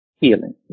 healing